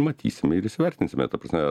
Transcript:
matysim ir įsivertinsime ta prasme